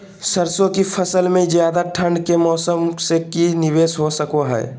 सरसों की फसल में ज्यादा ठंड के मौसम से की निवेस हो सको हय?